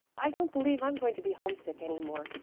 i don't believe i'm going to be homesick any more,